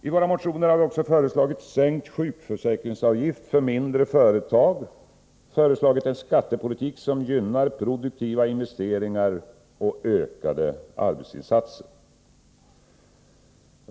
I våra motioner har vi också föreslagit en sänkning av sjukförsäkringsavgiften för mindre företag och en skattepolitik som gynnar produktiva investeringar och ökade arbetsinsatser.